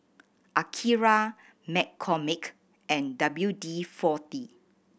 Akira McCormick and W D Forty